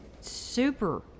super